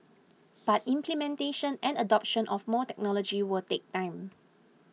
but implementation and adoption of more technology will take time